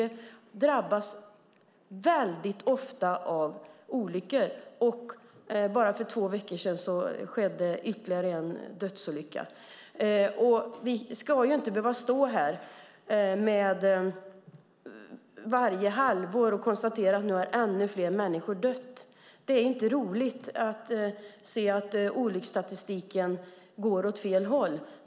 För bara två veckor sedan skedde ytterligare en dödsolycka. Vi ska inte behöva stå här varje halvår och konstatera att nu har ännu fler människor dött. Det är inte roligt att se att olycksstatistiken går åt fel håll.